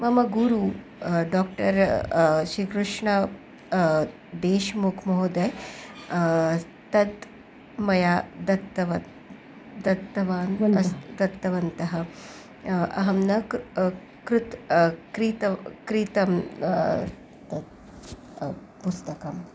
मम गुरु डाक्टर् श्रीकृष्णः देश्मुख् महोदयः तत् मया दत्तं दत्तवान् मनसि दत्तवन्तः अहं न किं कृते क्रीतवती क्रेतं तत् पुस्तकम्